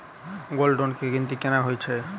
Gold loan केँ गिनती केना होइ हय?